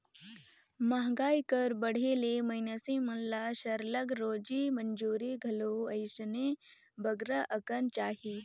मंहगाई कर बढ़े ले मइनसे मन ल सरलग रोजी मंजूरी घलो अइसने बगरा अकन चाही